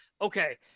okay